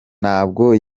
ntabwo